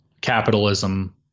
capitalism